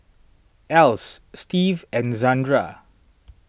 Else Steve and Zandra